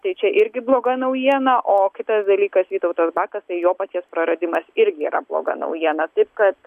tai čia irgi bloga naujiena o kitas dalykas vytautas bakas tai jo paties praradimas irgi yra bloga naujiena taip kad